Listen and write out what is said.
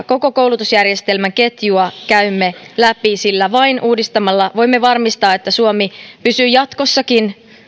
koko koulutusjärjestelmän ketjua käymme läpi sillä vain uudistamalla voimme varmistaa että suomi pysyy jatkossakin